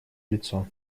лицо